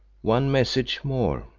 one message more.